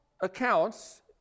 accounts